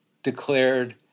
declared